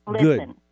good